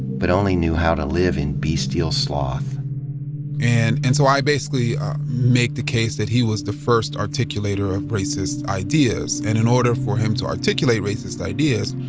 but only knew how to live in bestial sloth. and and so i basica lly make the case that he was the first articu lator of racist ideas. and in order for him to articu late racist ideas,